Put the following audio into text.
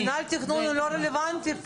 מינהל תכנון לא רלוונטי פה.